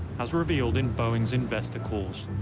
as revealed in boeing's investor calls.